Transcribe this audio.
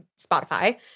Spotify